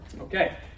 Okay